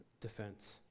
defense